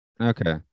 okay